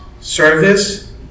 service